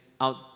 out